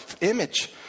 image